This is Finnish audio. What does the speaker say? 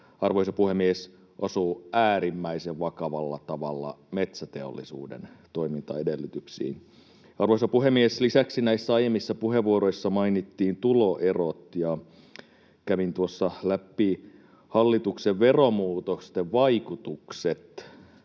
arvoisa puhemies, osuu äärimmäisen vakavalla tavalla metsäteollisuuden toimintaedellytyksiin. Arvoisa puhemies! Lisäksi näissä aiemmissa puheenvuoroissa mainittiin tuloerot. Kävin tuossa läpi hallituksen veromuutosten vaikutukset